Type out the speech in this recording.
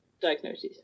diagnosis